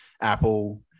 Apple